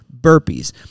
burpees